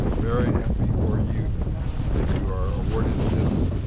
very happy for you that you are awarded this